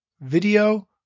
video